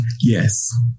Yes